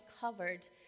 covered